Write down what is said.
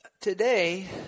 today